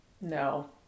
no